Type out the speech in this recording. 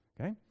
okay